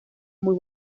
muy